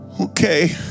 okay